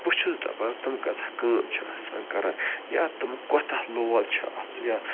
بہٕ چھُس دَپان تِم کۭژاہ کٲم چھِ آسان کَران یا تِم کوتاہ لول چھِ اَتھ یا